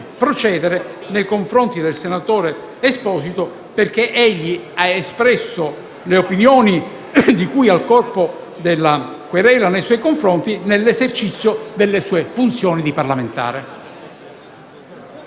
procedere nei confronti del senatore Stefano Esposito, perché egli ha espresso le opinioni di cui al corpo del procedimento nei suoi confronti nell'esercizio delle sue funzioni di parlamentare.